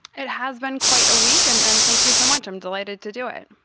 it has been quite a week and and thank you so much. i'm delighted to do it.